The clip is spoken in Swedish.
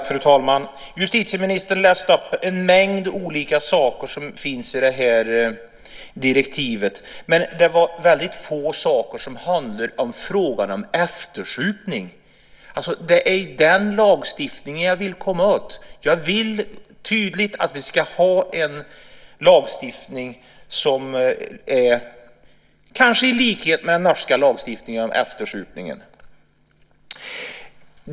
Fru talman! Justitieministern läste upp en mängd olika saker som finns i det här direktivet. Men det var väldigt få saker som handlade om frågan om eftersupning. Det är alltså den lagstiftningen som jag vill komma åt. Jag vill tydligt att vi ska ha en lagstiftning, som kanske är i likhet med den norska lagstiftningen om eftersupning.